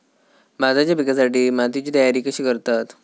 भाताच्या पिकासाठी मातीची तयारी कशी करतत?